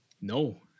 No